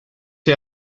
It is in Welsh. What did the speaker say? wyt